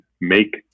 make